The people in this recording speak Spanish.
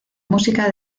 música